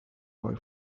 boy